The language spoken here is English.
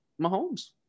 Mahomes